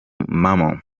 mama